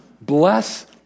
Bless